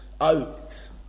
out